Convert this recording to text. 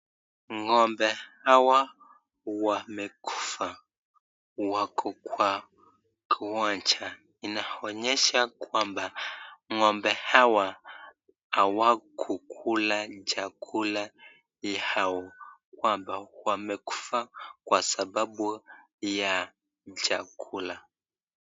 Ng'ombe hawa wamekufa, wako kwa kiwanja inaonyesha kwamba ng'ombe hawa hawakukula chakula yao, kwamba wamekufa kwa sababu ya chakula.